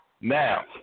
Now